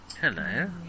Hello